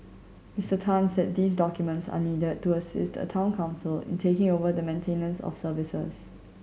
Mister Tan said these documents are needed to assist a Town Council in taking over the maintenance of services